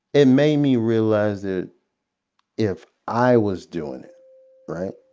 it made me realize that if i was doing it right?